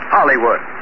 Hollywood